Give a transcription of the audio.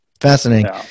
Fascinating